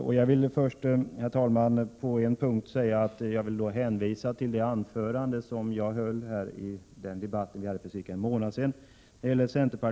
När det gäller centerpartiets principiella synpunkter i ämnet ber jag därför att få hänvisa till det anförande som jag höll i den debatt vi hade för cirka en månad sedan.